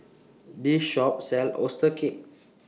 This Shop sells Oyster Cake